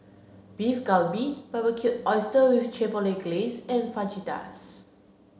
Beef Galbi Barbecued Oysters with Chipotle Glaze and Fajitas